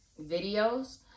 videos